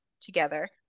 together